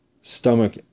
stomach